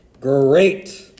great